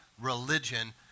religion